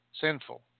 sinful